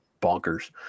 bonkers